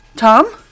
Tom